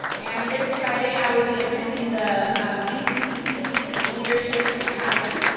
and this friday, i will be attending the vcccd leadership academy.